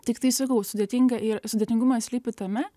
tiktai sakau sudėtinga ir sudėtingumas slypi tame